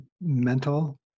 mental